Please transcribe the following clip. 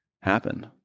happen